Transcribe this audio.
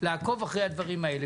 לעקוב אחרי הדברים האלה.